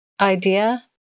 idea